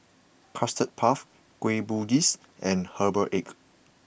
Custard Puff Kueh Bugis and Herbal Egg